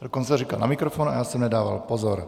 Dokonce říkal na mikrofon a já jsem nedával pozor.